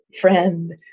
friend